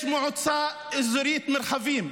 מועצה אזורית מרחבים,